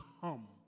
come